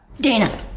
Dana